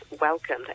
welcome